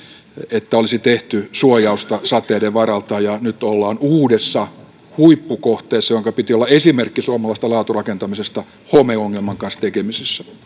että olisi tehty suojausta sateiden varalta nyt ollaan uudessa huippukohteessa jonka piti olla esimerkki suomalaisesta laaturakentamisesta homeongelman kanssa tekemisissä